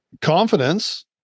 confidence